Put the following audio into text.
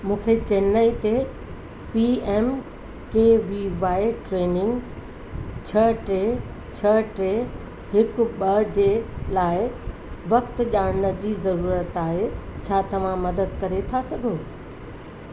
मूंखे चेन्नई ते P M K V Y training छह टे छह टे हिकु ॿ जे लाइ वक़्ति ॼाणनि जी ज़रूरत आहे छा तव्हां मदद करे सघो था